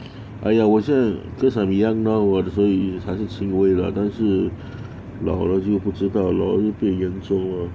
哎呀我是 cause I'm young now what 所以还是轻微的啦但是老了就不知道 lor 就变严重 lor